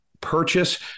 purchase